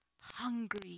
hungry